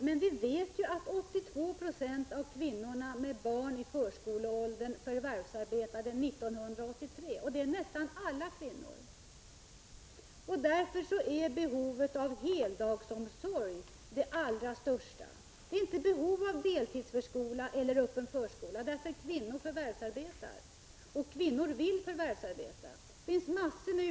Men vi vet att 82 20 av kvinnor med barn i förskoleåldern förvärvsarbetade 1983 — och det är nästan alla kvinnor. Därför är behovet av heldagsomsorg det allra största. Det finns inte behov av deltidsförskola eller öppen förskola, därför att kvinnor förvärvsarbetar. Och = Prot. 1985/86:43 kvinnor vill förvärvsarbeta; det finns en mängd utredningar som visar det.